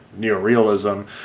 neorealism